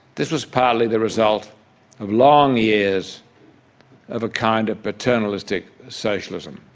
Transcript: this was partly the result of long years of a kind of paternalistic socialism.